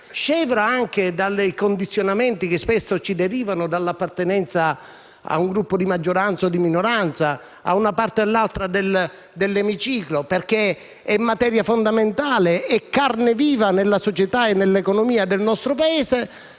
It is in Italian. scevra anche da condizionamenti che spesso ci derivano dall'appartenenza a un Gruppo di maggioranza o di minoranza, a una parte o all'altra dell'Emiciclo - è materia fondamentale, è carne viva nella società e nell'economia del nostro Paese